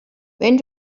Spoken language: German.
wenn